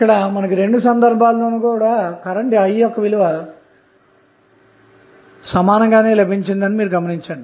కాబట్టి రెండు సందర్భాలలోనూ కరెంటు I యొక్క విలువ ఒకటే లభించిందని మీరు గమనించండి